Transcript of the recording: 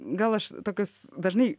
gal aš tokius dažnai